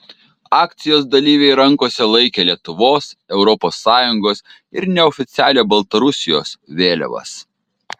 akcijos dalyviai rankose laikė lietuvos europos sąjungos ir neoficialią baltarusijos vėliavas